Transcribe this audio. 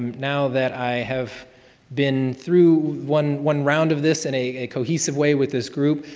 now that i have been through one one round of this in a cohesive way with this group,